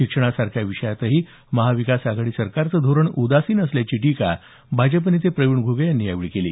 शिक्षणासारख्या विषयातही महाविकासआघाडी सरकारचं धोरण उदासीन असल्याची टीका भाजप नेते प्रवीण घ्रगे यांनी यावेळी केला